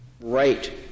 right